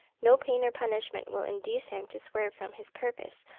no pain or punishment will induce him to swerve from his purpose,